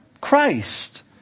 Christ